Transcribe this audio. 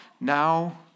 now